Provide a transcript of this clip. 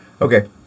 Okay